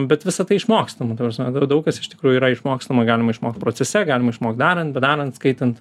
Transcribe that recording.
bet visa tai išmokstama ta prasme da daug kas iš tikrųjų yra išmokstama galima išmokt procese galima išmokt darant bedarant skaitant